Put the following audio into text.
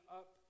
up